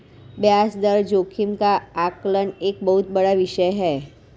ब्याज दर जोखिम का आकलन एक बहुत बड़ा विषय है